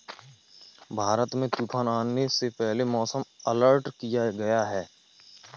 भारत में तूफान आने से पहले मौसम अलर्ट किया गया है